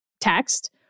text